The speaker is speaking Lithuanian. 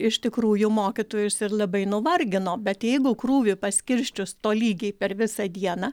iš tikrųjų mokytojus ir labai nuvargino bet jeigu krūvį paskirsčius tolygiai per visą dieną